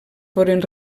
foren